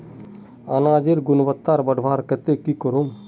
अनाजेर गुणवत्ता बढ़वार केते की करूम?